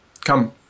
come